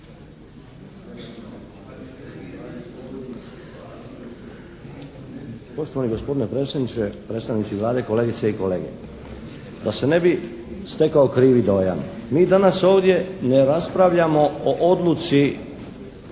Poštovani gospodine predsjedniče, predstavnici Vlade, kolegice i kolege. Da se ne bi stekao krivi dojam, mi danas ovdje ne raspravljamo o odluci